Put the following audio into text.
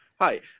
Hi